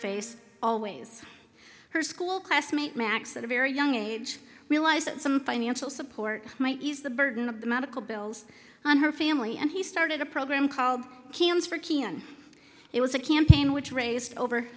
face always her school classmate max at a very young age realized that some financial support might ease the burden of the medical bills on her family and he started a program called cancer kian it was a campaign which raised over